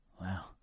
Wow